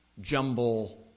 jumble